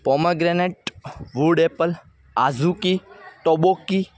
pomegranate wood apple azuki tobacco